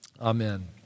Amen